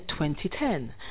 2010